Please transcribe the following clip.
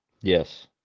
Yes